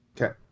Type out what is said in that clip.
Okay